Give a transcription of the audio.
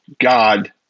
God